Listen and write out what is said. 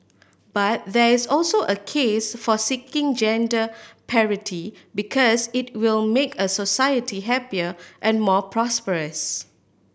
but there is also a case for seeking gender parity because it will make a society happier and more prosperous